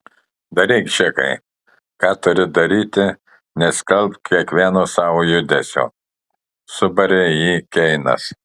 daryk džekai ką turi daryti neskelbk kiekvieno savo judesio subarė jį keinas